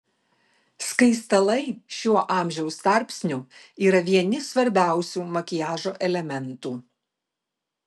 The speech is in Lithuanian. skaistalai šiuo amžiaus tarpsniu yra vieni svarbiausių makiažo elementų